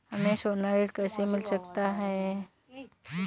हमें सोना ऋण कैसे मिल सकता है?